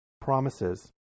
promises